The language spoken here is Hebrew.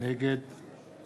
נגד